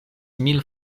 mil